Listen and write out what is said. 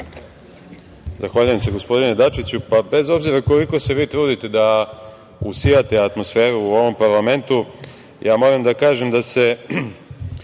Zahvaljujem gospodine Dačiću. Bez obzira koliko se vi trudite usijate atmosferu u parlamentu, moram da kažem da se